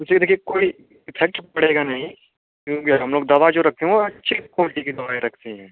यह देखिए कोई एफेक्ट पड़ेगा नहीं क्योंकि हम लोग दवा जो रखे हैं वह अच्छी क्वालिटी की दवाई रखते हैं